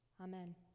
Amen